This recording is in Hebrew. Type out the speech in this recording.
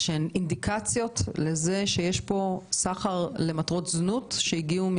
אינדיקציות לזה שיש פה סחר למטרות זנות של אזרחיות